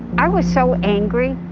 i was so angry